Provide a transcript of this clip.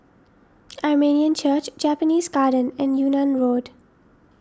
Armenian Church Japanese Garden and Yunnan Road